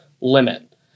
limit